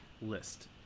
List